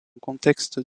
contexte